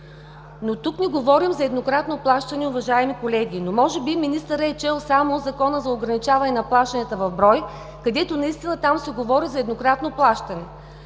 Тук не говорим за еднократно плащане, уважаеми колеги. Може би министърът е чел само Закона за ограничаване на плащанията в брой, където наистина се говори за еднократно плащане.